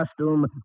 costume